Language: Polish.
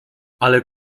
ale